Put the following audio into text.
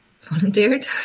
volunteered